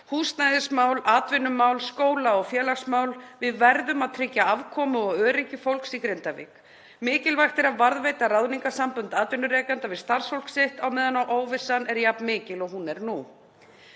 húsnæðismál, atvinnumál, skóla- og félagsmál. Við verðum að tryggja afkomu og öryggi fólks í Grindavík. Mikilvægt er að varðveita ráðningarsambönd atvinnurekenda við starfsfólk sitt á meðan óvissan er jafn mikil og hún er nú.